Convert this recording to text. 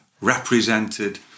represented